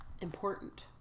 important